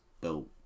built